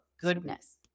goodness